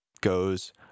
goes